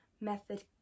method